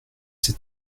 c’est